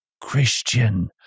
Christian